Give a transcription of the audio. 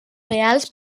reals